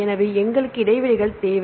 எனவே எங்களுக்கு இடைவெளிகள் தேவை